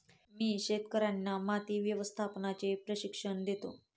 मी शेतकर्यांना माती व्यवस्थापनाचे प्रशिक्षण देतो